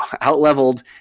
out-leveled